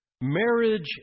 Marriage